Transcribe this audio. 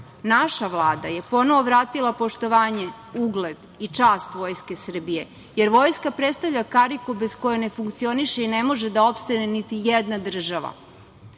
Vlada je ponovo vratila poštovanje, ugled i čast Vojske Srbije, jer Vojska predstavlja kariku bez koje ne funkcioniše i ne može da opstane niti jedna država.